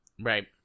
right